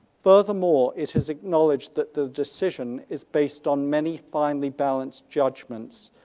furthermore, it has acknowledged that the decision is based on many finely balanced judgments.